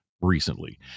recently